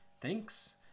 Thanks